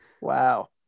Wow